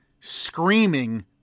screaming